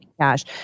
cash